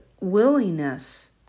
willingness